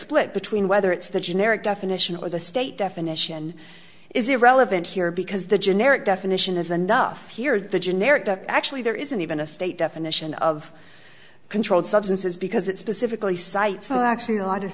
split between whether it's the generic definition or the state definition is irrelevant here because the generic definition is a nuff here the generic actually there isn't even a state definition of controlled substances because it specifically cites actually a lot of